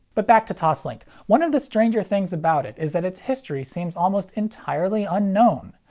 but back to toslink. one of the stranger things about it is that its history seems almost entirely unknown.